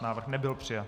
Návrh nebyl přijat.